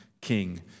King